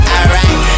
Alright